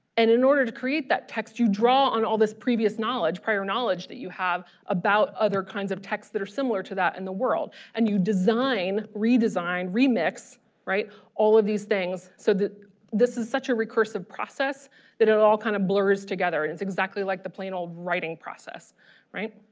and in order to create that text you draw on all this previous knowledge prior knowledge that you have about other kinds of texts that are similar to that in the world and you design redesign remix right all of these things so that this is such a recursive process that it all kind of blurs together it's exactly like the plain old writing process right.